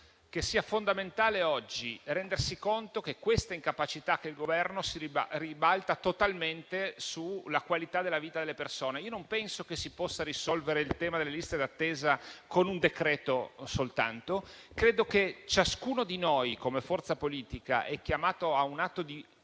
che sia fondamentale oggi rendersi conto che questa incapacità del Governo si ribalta totalmente sulla qualità della vita delle persone. Non penso che si possa risolvere il tema delle liste d'attesa soltanto con un decreto e credo che ciascuno di noi, come forza politica, sia chiamato a un atto di